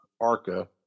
ARCA